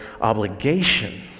obligation